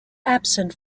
absent